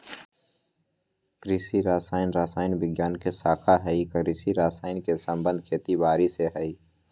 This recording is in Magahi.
कृषि रसायन रसायन विज्ञान के शाखा हई कृषि रसायन के संबंध खेती बारी से हई